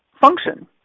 function